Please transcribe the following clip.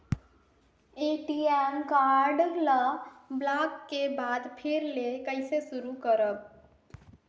ATM card ल block के बाद फिर ले कइसे शुरू करव?